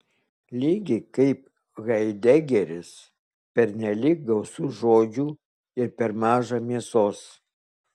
lygiai kaip haidegeris pernelyg gausu žodžių ir per maža mėsos